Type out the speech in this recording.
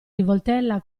rivoltella